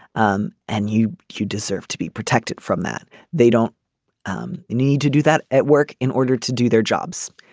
um and you you deserve to be protected from that. they don't um need to do that at work in order to do their jobs.